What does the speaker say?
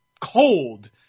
cold